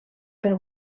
per